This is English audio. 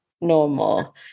normal